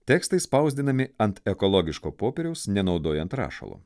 tekstai spausdinami ant ekologiško popieriaus nenaudojant rašalo